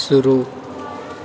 शुरू